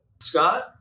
Scott